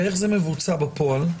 ואיך זה מבוצע בפועל?